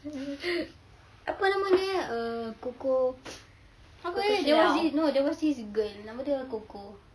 apa nama dia eh uh coco apa eh there was this girl nama dia coco